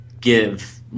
give